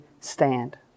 stand